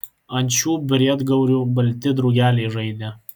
ant šitų briedgaurių balti drugeliai žaidė